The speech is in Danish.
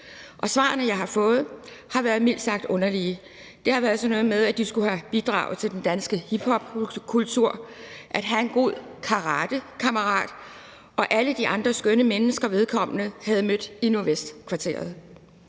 Og svarene, jeg har fået, har været mildt sagt underlige. Det har været sådan noget med, at de skulle have bidraget til den danske hiphopkultur og gjort, at man kunne have en god karatekammerat og møde alle de andre skønne mennesker, som vedkommende har mødt i Nordvestkvarteret.